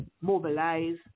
mobilize